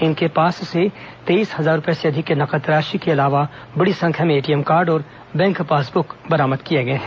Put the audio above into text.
इनके पास से तेईस हजार रूपये से अधिक की नगद राशि के अलावा बड़ी संख्या में एटीएम कार्ड और बैंक पासबुक बरामद किए गए हैं